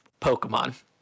pokemon